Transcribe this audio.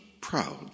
proud